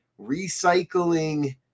recycling